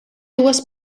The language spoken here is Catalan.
dues